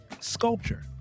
sculpture